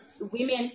women